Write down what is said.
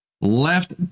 left